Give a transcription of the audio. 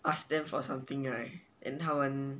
ask them for something right and 他们